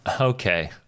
Okay